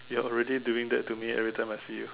you're already doing that to me every time I see you